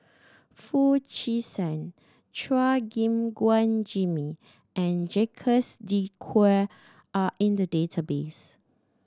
Foo Chee San Chua Gim Guan Jimmy and Jacques De Coutre are in the database